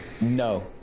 no